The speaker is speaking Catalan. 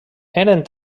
eren